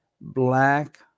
black